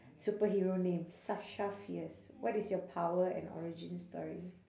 superhero name sasha fierce what is your power and origin story